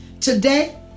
Today